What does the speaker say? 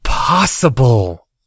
Possible